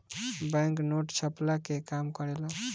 bank note छ्पला के काम करेला